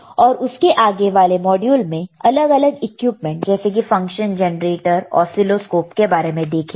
और उसके आगे वाले मॉड्यूल में अलग अलग इक्विपमेंट जैसे के फंक्शन जनरेटर ऑसीलोस्कोप के बारे में देखेंगे